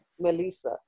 Melissa